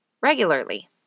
regularly